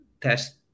test